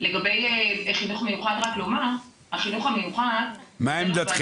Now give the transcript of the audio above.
מה עמדך